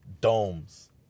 domes